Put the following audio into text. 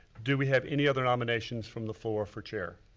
do we have any other nominations from the floor for chair?